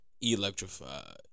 Electrified